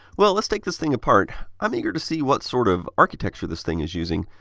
well, let's take this thing apart. i'm eager to see what sort of architecture this thing is using.